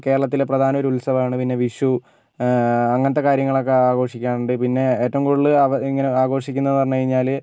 കേരളത്തിലെ പ്രധാന ഒരു ഉത്സവമാണ് പിന്നെ വിഷു അങ്ങനത്തെ കാര്യങ്ങളൊക്കെ ആഘോഷിക്കാനുണ്ട് പിന്നെ ഏറ്റവും കൂടുതൽ ഇങ്ങനെ ആഘോഷിക്കുന്നത് എന്ന് പറഞ്ഞു കഴിഞ്ഞാൽ